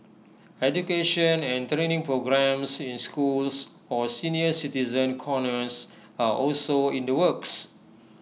education and training programmes in schools or senior citizen corners are also in the works